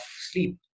sleep